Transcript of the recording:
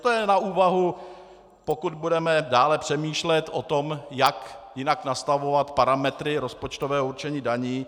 To je na úvahu, pokud budeme dále přemýšlet o tom, jak jinak nastavovat parametry rozpočtového určení daní.